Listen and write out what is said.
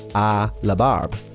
ah! la barbe,